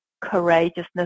courageousness